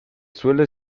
suele